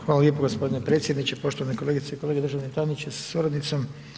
Hvala lijepo gospodine predsjedniče, poštovane kolegice i kolege, državni tajniče sa suradnicom.